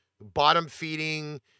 bottom-feeding